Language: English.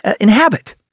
inhabit